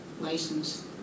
license